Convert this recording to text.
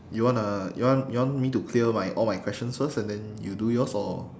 you wanna you want you want me to clear my all my questions first and then you do yours or